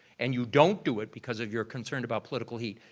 and you don't do it because of your concern about political heat.